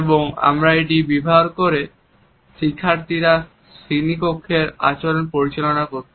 এবং আমরা এটি ব্যবহার করি শিক্ষার্থীদের শ্রেণিকক্ষের আচরণ পরিচালনা করতে